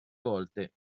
volte